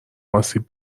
آسیب